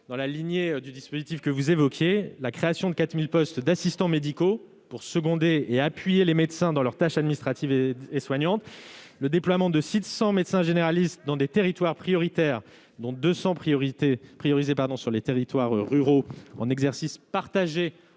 dans la lignée du dispositif que vous évoquez : la création de 4 000 postes d'assistants médicaux pour seconder et appuyer les médecins dans leurs tâches administratives et soignantes, le déploiement de 600 médecins généralistes dans des territoires prioritaires, dont 200 priorisés sur les territoires ruraux, en exercice partagé